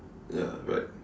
ya right